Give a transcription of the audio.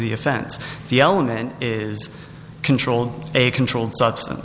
the offense the element is controlled a controlled substance